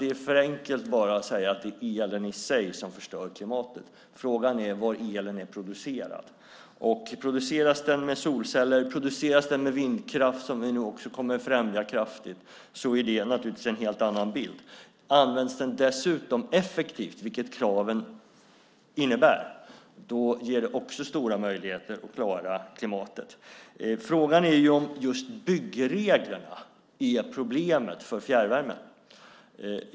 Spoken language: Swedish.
Det är för enkelt att säga att det är elen i sig som förstör klimatet. Frågan är hur elen är producerad. Produceras den med solceller eller vindkraft, som vi nu också kommer att främja kraftigt, ger det en helt annan bild. Används den dessutom effektivt, vilket kraven innebär, ger det också stora möjligheter att klara klimatet. Frågan är om just byggreglerna är problemet för fjärrvärmen.